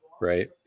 right